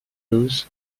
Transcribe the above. lose